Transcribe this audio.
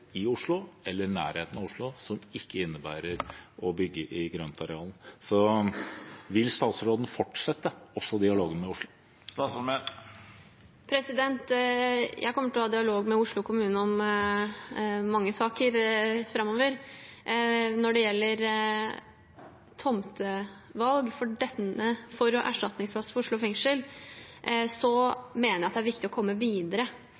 i Oslo eller i nærheten av Oslo som ikke innebærer å bygge på grøntarealer. Vil statsråden fortsette dialogen med Oslo? Jeg kommer til å ha dialog med Oslo kommune om mange saker framover. Når det gjelder tomtevalg for en erstatningsplass for Oslo fengsel, mener jeg det er viktig å komme videre.